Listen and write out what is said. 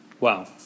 Wow